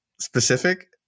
specific